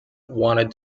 wanted